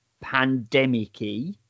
pandemic-y